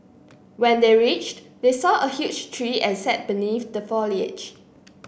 when they reached they saw a huge tree and sat beneath the foliage